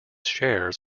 shares